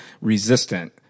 resistant